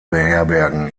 beherbergen